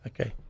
Okay